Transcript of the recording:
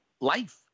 life